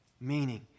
Meaning